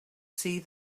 see